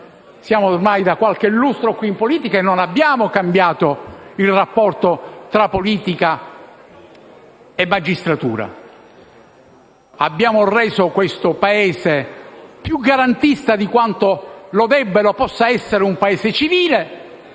Siamo in politica da qualche lustro e non abbiamo cambiato il rapporto tra politica e magistratura. Abbiamo reso questo Paese più garantista di quanto lo debba essere e lo possa essere un Paese civile,